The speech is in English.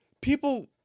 People